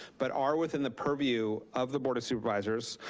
but are within the purview of the board of supervisors.